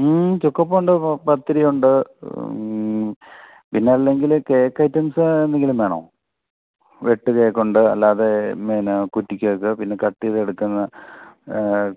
ഹും ചുക്കപ്പവും ഉണ്ട് പത്തിരിയുണ്ട് പിന്നെ അല്ലെങ്കിൽ കേക്ക് ഐറ്റംസ് എന്തെങ്കിലും വേണോ വെട്ട് കേക്കുണ്ട് അല്ലാതെ പിന്നെ കുറ്റി കേക്ക് പിന്നെ കട്ട് ചെയ്ത് എടുക്കുന്ന